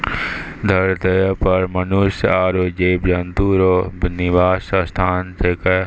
धरतीये पर मनुष्य आरु जीव जन्तु रो निवास स्थान छिकै